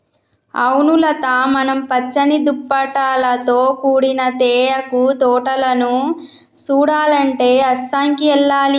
అవును లత మనం పచ్చని దుప్పటాలతో కూడిన తేయాకు తోటలను సుడాలంటే అస్సాంకి ఎల్లాలి